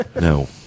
No